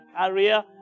career